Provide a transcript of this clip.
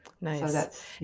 Nice